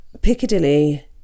Piccadilly